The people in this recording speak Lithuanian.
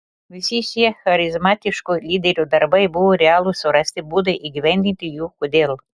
visi šie charizmatiškų lyderių darbai buvo realūs surasti būdai įgyvendinti jų kodėl